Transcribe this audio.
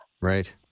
Right